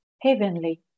heavenly